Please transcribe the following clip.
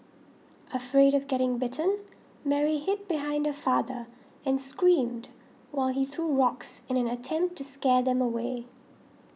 afraid of getting bitten Mary hid behind her father and screamed while he threw rocks in an attempt to scare them away